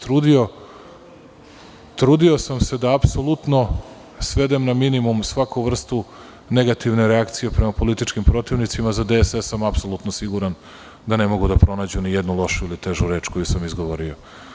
Trudio sam se da apsolutno svedem na minimum svaku vrstu negativne reakcije prema političkim protivnicima, za DSS sam apsolutno siguran da ne mogu da pronađu ni jednu lošu ili težu reč koju sam izgovorio.